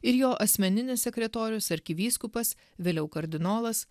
ir jo asmeninis sekretorius arkivyskupas vėliau kardinolas